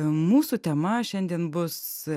mūsų tema šiandien bus